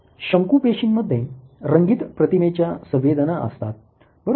शंकू पेशींमध्ये रंगीत प्रतिमेच्या संवेदना असतात बरोबर